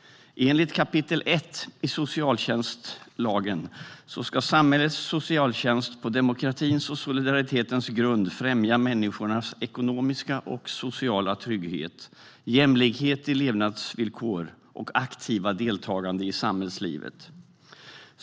Enligt kap. 1 i socialtjänstlagen ska samhällets socialtjänst på demokratins och solidaritetens grund främja människornas ekonomiska och sociala trygghet, jämlikhet i levnadsvillkor och aktiva deltagande i samhällslivet.